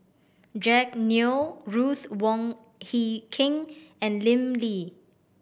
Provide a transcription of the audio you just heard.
Jack Neo Ruth Wong Hie King and Lim Lee